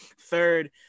Third